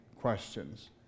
questions